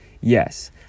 Yes